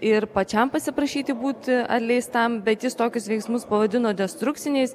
ir pačiam pasiprašyti būti atleistam bet jis tokius veiksmus pavadino destrukciniais